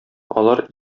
алар